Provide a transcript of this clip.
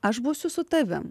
aš būsiu su tavim